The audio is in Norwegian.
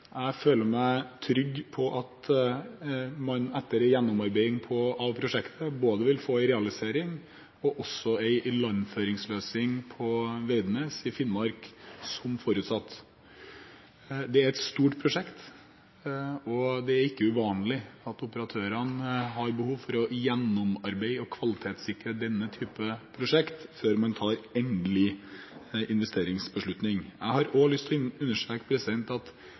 Jeg føler meg trygg på at man etter en gjennomarbeiding av prosjektet vil få både en realisering og en ilandføringsløsning på Veidnes i Finnmark, som forutsatt. Det er et stort prosjekt, og det er ikke uvanlig at operatørene har behov for å gjennomarbeide og kvalitetssikre denne type prosjekt før man tar endelig investeringsbeslutning. Jeg har også lyst til å understreke at